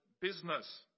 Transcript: business